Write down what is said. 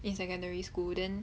in secondary school then